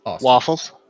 waffles